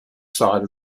side